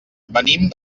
venim